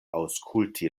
aŭskulti